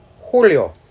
Julio